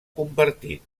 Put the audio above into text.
compartit